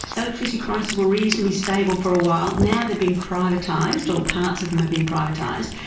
electricity prices were reasonably stable for a while now they've been privatised or parts of them have been privatised,